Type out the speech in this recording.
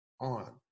on